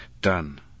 Done